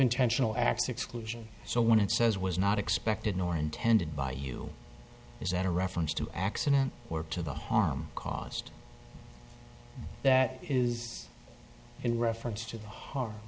intentional acts exclusion so when it says was not expected nor intended by you is that a reference to accident or to the harm caused that is in reference to